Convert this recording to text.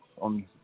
on